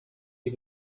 die